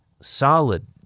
Solid